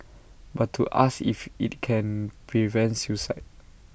but to ask if IT can prevent suicide